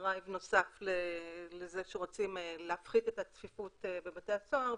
דרייב נוסף לכך שרוצים להפחית את הצפיפות בבתי הסוהר,